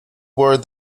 bored